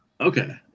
Okay